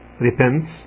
repents